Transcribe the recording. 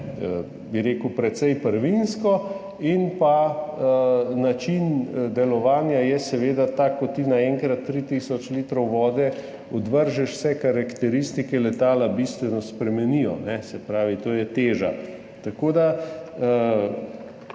bi rekel, precej prvinsko in način delovanja je seveda ta, ko ti naenkrat 3 tisoč litrov vode odvržeš, se karakteristike letala bistveno spremenijo, torej teža. Tako da